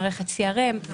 מערבת CRM,